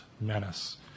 menace